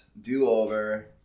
do-over